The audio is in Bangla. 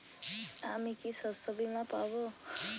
আমি কি শষ্যবীমা পাব?